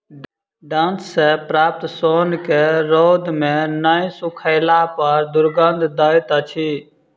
डांट सॅ प्राप्त सोन के रौद मे नै सुखयला पर दुरगंध दैत अछि